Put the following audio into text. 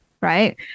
right